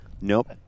Nope